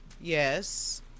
Yes